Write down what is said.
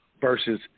versus